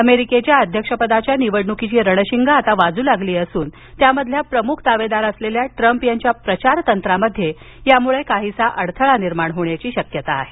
अमेरिकेच्या अध्यक्षपदाच्या निवडणुकीची रणशिंग आता वाजू लागली असून त्यामधील प्रमुख दावेदार असलेल्या ट्रंप यांच्या प्रचार तंत्रामध्ये यामुळे काहीसा अडथळा निर्माण होण्याची शक्यता आहे